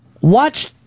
Watch